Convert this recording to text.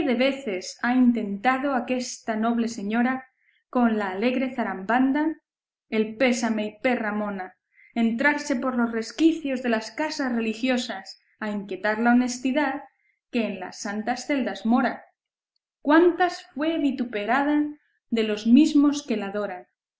veces ha intentado aquesta noble señora con la alegre zarabanda el pésame y perra mora entrarse por los resquicios de las casas religiosas a inquietar la honestidad que en las santas celdas mora cuántas fue vituperada de los mismos que la adoran